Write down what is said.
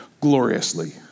gloriously